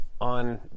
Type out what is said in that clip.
on